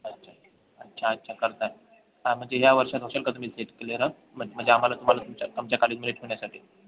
अच्छा अच्छा अच्छा अच्छा करत आहे हा म्हणजे या वर्षात होणार का तुम्ही सेट क्लिअर हं मग म्हणजे आम्हाला तुम्हाला तुमच्या आमच्या कालेजमध्ये ठेवण्यासाठी